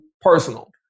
personal